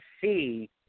see